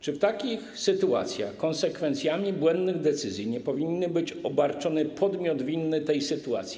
Czy w takich sytuacjach konsekwencjami błędnych decyzji nie powinien być obarczony podmiot winny tej sytuacji?